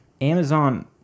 amazon